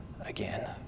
again